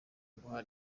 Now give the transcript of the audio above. guha